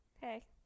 hey